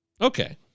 Okay